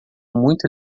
muito